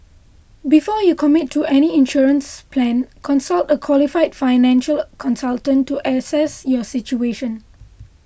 before you commit to any insurance plan consult a qualified financial consultant to assess your situation